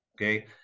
Okay